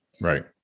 Right